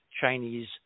Chinese